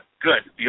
Good